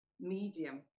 medium